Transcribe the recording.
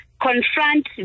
confront